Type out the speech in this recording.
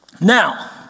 Now